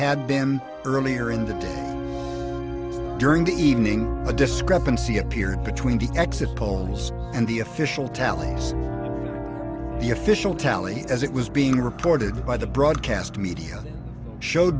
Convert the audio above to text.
had been earlier in the day during the evening a discrepancy appeared between the exit polls and the official tallies the official tally as it was being reported by the broadcast media showed